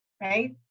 right